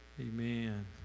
Amen